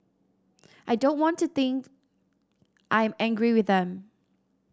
I don't want to think I'm angry with them